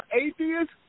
atheist